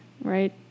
right